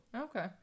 Okay